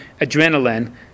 adrenaline